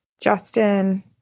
Justin